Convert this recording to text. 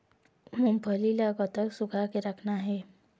मूंगफली ला कतक सूखा के रखना हे?